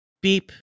beep